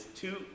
two